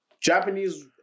Japanese